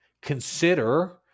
Consider